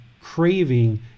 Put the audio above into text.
craving